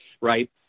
right